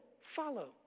follow